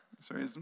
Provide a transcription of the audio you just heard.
sorry